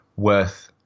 worth